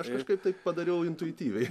aš kažkaip tai padariau intuityviai